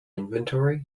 inventory